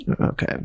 Okay